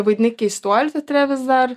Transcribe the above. vaidini keistuolių teatre vis dar